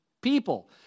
people